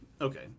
Okay